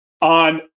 on